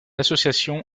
association